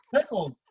Pickles